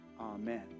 Amen